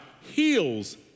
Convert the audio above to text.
heals